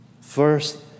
First